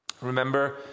Remember